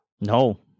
No